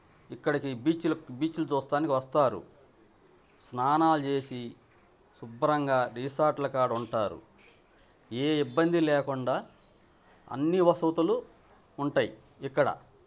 ఇక్కడికి బీచ్లు బీచ్లు చూస్తానికి వస్తారు స్నానాలు చేసి శుభ్రంగా రిసార్ట్ల కాడుంటారు ఏ ఇబ్బంది లేకుండా అన్నీ వసతులు ఉంటాయి ఇక్కడ